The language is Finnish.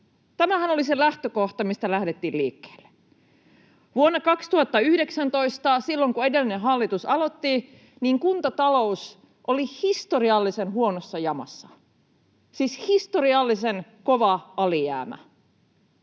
Tämähän oli se lähtökohta, mistä lähdettiin liikkeelle. Vuonna 2019, silloin kun edellinen hallitus aloitti, kuntatalous oli historiallisen huonossa jamassa, siis historiallisen kova alijäämä.